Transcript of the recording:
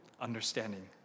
understanding